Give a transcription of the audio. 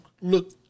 look